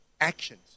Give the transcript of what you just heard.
actions